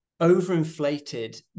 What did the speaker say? overinflated